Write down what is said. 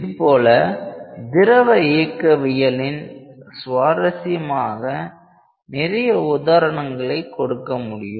இதுபோல திரவ இயக்கவியலின் சுவாரசியமான நிறைய உதாரணங்களை கொடுக்க முடியும்